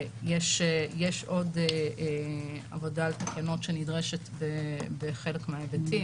יש עוד עבודה על התקנות שנדרשת בחלק מההיבטים,